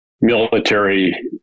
military